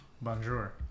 Bonjour